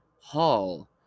Hall